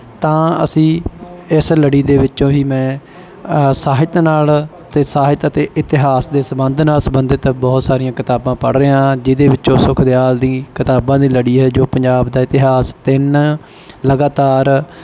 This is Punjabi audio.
ਤਾਂ ਅਸੀਂ ਇਸ ਲੜੀ ਦੇ ਵਿੱਚੋਂ ਹੀ ਮੈਂ ਸਾਹਿਤ ਨਾਲ ਅਤੇ ਸਾਹਿਤ ਅਤੇ ਇਤਿਹਾਸ ਦੇ ਸੰਬੰਧ ਨਾਲ ਸੰਬੰਧਿਤ ਬਹੁਤ ਸਾਰੀਆਂ ਕਿਤਾਬਾਂ ਪੜ੍ਹ ਰਿਹਾ ਹਾਂ ਜਿਹਦੇ ਵਿੱਚੋਂ ਸੁਖਦਿਆਲ ਦੀ ਕਿਤਾਬਾਂ ਦੀ ਲੜੀ ਹੈ ਜੋ ਪੰਜਾਬ ਦਾ ਇਤਿਹਾਸ ਤਿੰਨ ਲਗਾਤਾਰ